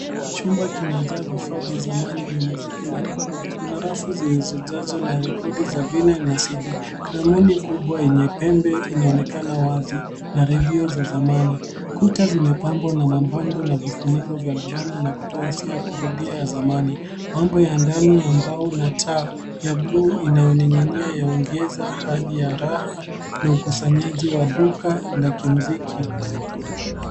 Chumba kimejaa vifaa vya zamani vya muziki na rekodi. Kuna rafu zilizozalishwa na rekodi za vinyl na CD, gramoni kubwa yenye pembe inayoonekana wazi, na redio za zamani. Kuta zimepambwa na mabango na vifuniko vya albamu, na kutoa hisia kurudia ya zamani. Mambo ya ndani ya mbao na taa ya blue inayo ning'inia yaongeza hali ya raha na ukusanyaji wa duka za muziki.